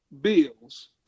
bills